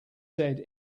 said